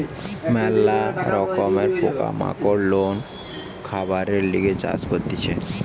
ম্যালা রকমের পোকা মাকড় লোক খাবারের লিগে চাষ করতিছে